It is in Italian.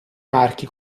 marchi